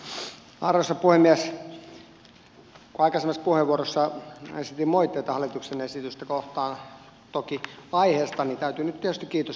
kun aikaisemmassa puheenvuorossa esitin moitteita hallituksen esitystä kohtaan toki aiheesta niin täytyy nyt tietysti kiitostakin antaa